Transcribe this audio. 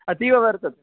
अतीव वर्तते